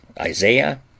Isaiah